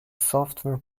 software